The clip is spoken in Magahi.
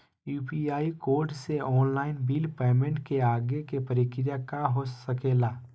यू.पी.आई कोड से ऑनलाइन बिल पेमेंट के आगे के प्रक्रिया का हो सके ला?